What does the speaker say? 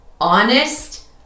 honest